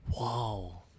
wow